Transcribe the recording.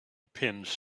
pins